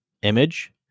image